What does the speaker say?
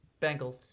Bengals